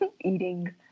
eating